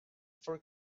for